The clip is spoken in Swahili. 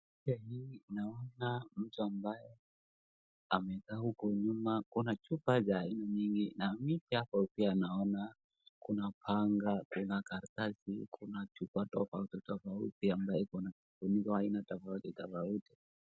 Picha hii naona mtu ambaye amekaa huko nyuma, kuna chupa za aina nyingi na miti hapo pia naona kuna panga, kuna karatasi, kuna chupa tofautitofauti ambayo ikona kifuniko aina tofautitofauti.